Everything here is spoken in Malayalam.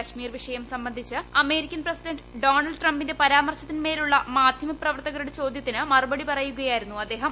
കശ്മീർ വിഷയം സംബന്ധിച്ച് അമേരിക്കൻ പ്രസിഡന്റ് ഡൊണാൾഡ് ട്രംപിന്റെ പരാമർശത്തിന്മേലുള്ള മാധ്യമപ്രവർത്തകരുടെ ചോദ്യത്തിന് മറുപടി പറയുകയായിരുന്നു അദ്ദേഹം